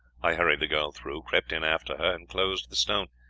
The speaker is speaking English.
i hurried the girl through, crept in after her, and closed the stone,